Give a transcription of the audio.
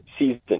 season